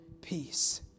peace